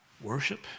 Worship